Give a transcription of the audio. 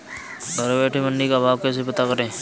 घर बैठे मंडी का भाव कैसे पता करें?